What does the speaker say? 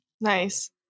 Nice